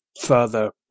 further